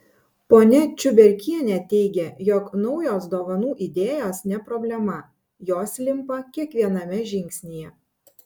ponia čiuberkienė teigia jog naujos dovanų idėjos ne problema jos limpa kiekviename žingsnyje